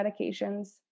medications